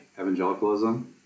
evangelicalism